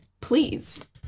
please